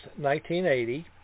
1980